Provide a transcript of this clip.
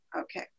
Okay